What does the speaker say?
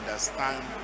Understand